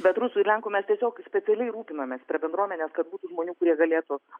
bet rusų ir lenkų mes tiesiog specialiai rūpinomės prie bendruomenės kad būtų žmonių kurie galėtų